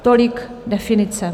Tolik definice.